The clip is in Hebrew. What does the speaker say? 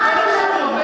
האם את בדרך שאת עובדת,